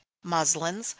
muslins,